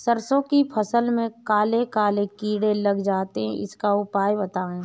सरसो की फसल में काले काले कीड़े लग जाते इसका उपाय बताएं?